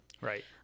right